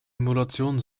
emulation